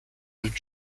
with